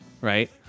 right